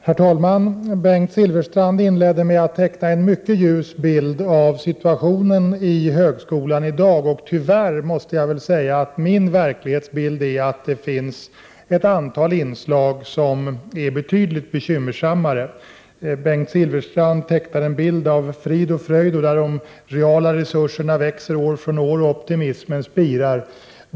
Herr talman! Bengt Silfverstrand inledde med att teckna en mycket ljus bild av situationen i högskolan i dag. Tyvärr måste jag säga att min verklighetsbild är att det finns ett antal inslag som är betydligt mer bekymmersamma. Bengt Silfverstrand tecknar en bild av frid och fröjd, där de reala resurserna växer år från år och optimismen spirar.